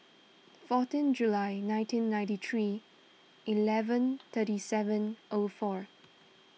fourteen July nineteen ninety three eleven thirty seven O four